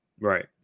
Right